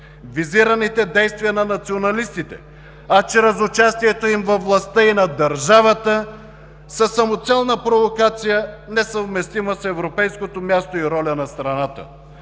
Визираните действия на националистите, а чрез участието им във властта и на държавата, са самоцелна провокация, несъвместима с европейското място и роля на страната.